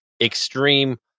extreme